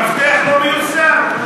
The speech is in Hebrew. אבל הוא לא מיושם.